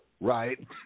Right